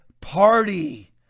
Party